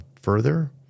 further